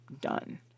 done